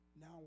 now